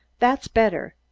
that's better.